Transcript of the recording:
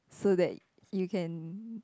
so that you can